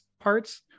parts